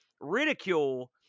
ridicule